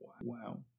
Wow